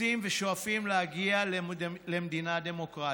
ורוצים ושואפים להגיע למדינה דמוקרטית.